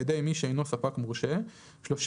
בידי מי שאינו ספק מורשה 37א4ג: